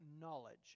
knowledge